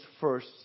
first